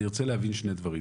אני רוצה להבין שני דברים,